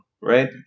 right